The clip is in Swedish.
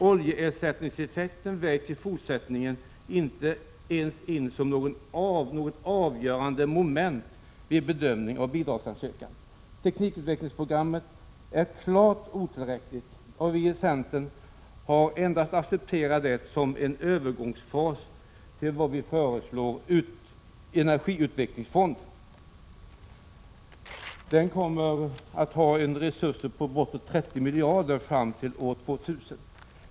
Oljeersättningseffekten vägs i fortsättningen inte ens in som något avgörande moment vid bedömning av bidragsansökan. Teknikutvecklingsprogrammet är klart otillräckligt. Vi i centern har endast accepterat det som en övergångsfas till den energiutvecklingsfond som vi föreslår. Den kommer att ha resurser på bortåt 30 miljarder fram till år 2000.